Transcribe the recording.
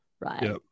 right